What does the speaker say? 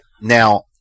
Now